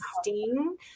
sting